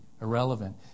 irrelevant